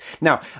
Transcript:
Now